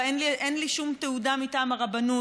אין לי שום תעודה מטעם הרבנות,